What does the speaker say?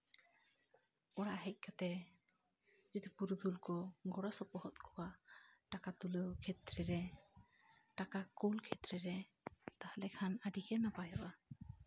ᱚᱲᱟᱜ ᱦᱮᱡ ᱠᱟᱛᱮᱫ ᱡᱩᱫᱤ ᱯᱩᱨᱩᱫᱷᱩᱞ ᱠᱚ ᱜᱚᱲᱚᱥᱚᱯᱚᱦᱚᱫ ᱠᱚᱣᱟ ᱴᱟᱠᱟ ᱛᱩᱞᱟᱹᱣ ᱠᱷᱮᱛᱨᱮ ᱨᱮ ᱴᱟᱠᱟ ᱠᱩᱞ ᱠᱷᱮᱛᱨᱮ ᱨᱮ ᱛᱟᱦᱞᱮ ᱠᱷᱟᱱ ᱟᱹᱰᱤᱜᱮ ᱱᱟᱯᱟᱭᱚᱜᱼᱟ